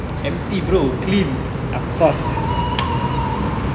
empty bro clean